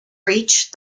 reach